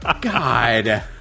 God